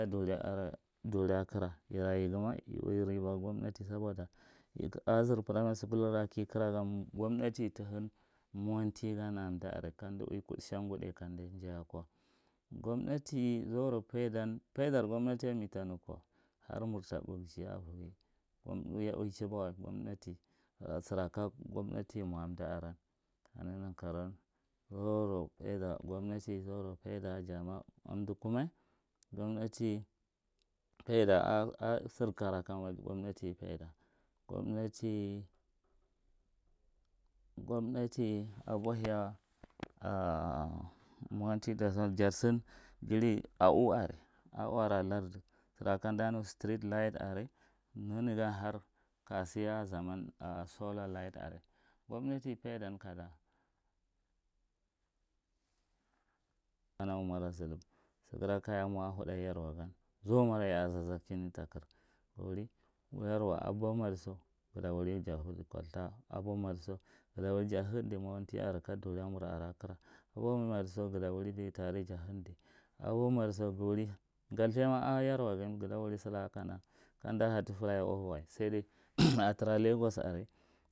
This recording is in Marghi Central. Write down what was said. Duri are kira iraye guma ludi riba bako gomdati saboda aka hzur primary school ghira kira gan homthatu the hima miwanti ga aran ake landa are kamdi uweku shamgudai kadi jaye ako. Gomdati mentanuko har murta barghe a ko sir aka gomnati mo aka lemdararen kaneghi nan karawan gomnati zaurau faida an umdar arem zaurau. Gomnati faidar umda kumma, gomnati a ka sire kara kama gomnati faida gomnati abohiya mowanti aran ja sin a ύ are a ύ are ako lardi sira kam umda nu street light da are nenegan harka si ako zaman solar light are gomnati faidan kada, mola zullum sira kajamo ako huda yerwa gan zamaou ya a zazakehin netaghir ngh’a wuri yerwa abomadiso nghata wuri jamindi kolta nghata wuri abomadiso jahindi mowanti are ka duramar a kira, abomadiso nghata wuri litari are jahindi nghta wuri galtaima ako yerwa ghi ngha wuri sihaka kana filaye over way saidai ga tara ako lagos are.